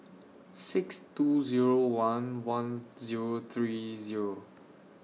six two Zero one one Zero three Zero